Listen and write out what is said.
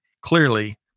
clearly